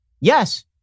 Yes